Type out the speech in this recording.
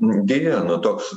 deja na toks